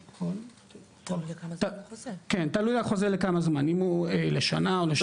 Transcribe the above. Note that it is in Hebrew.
כן, תלוי החוזה לכמה זמן, אם הוא לשנה, או שנתיים.